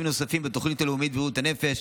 נוספים בתוכנית הלאומית לבריאות הנפש.